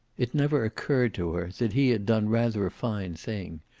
it never occurred to her that he had done rather a fine thing,